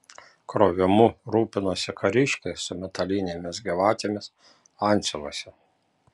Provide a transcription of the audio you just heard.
krovimu rūpinosi kariškiai su metalinėmis gyvatėmis antsiuvuose